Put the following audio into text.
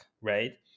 Right